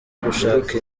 gushaka